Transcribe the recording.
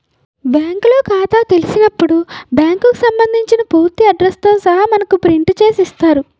బ్యాంకులో ఖాతా తెలిసినప్పుడు బ్యాంకుకు సంబంధించిన పూర్తి అడ్రస్ తో సహా మనకు ప్రింట్ చేసి ఇస్తారు